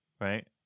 right